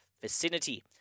vicinity